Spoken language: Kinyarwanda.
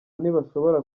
ntibashobora